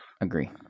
agree